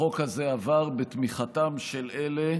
החוק הזה עבר בתמיכתם של אלה